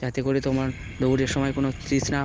যাতে করে তোমার দৌড়ের সময় কোনো তৃষ্ণা